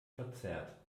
verzerrt